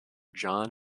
john